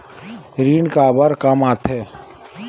ऋण काबर कम आथे?